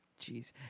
Jeez